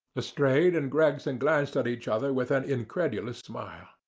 lestrade and gregson glanced at each other with an incredulous smile.